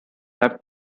have